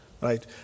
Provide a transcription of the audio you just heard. right